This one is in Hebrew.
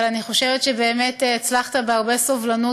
אבל אני חושבת שבאמת הצלחת בהרבה סובלנות